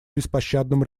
беспощадным